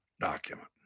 document